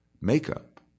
makeup